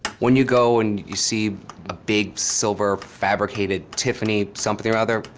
when you go and you see a big silver fabricated tiffany something or other,